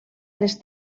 les